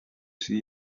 see